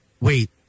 wait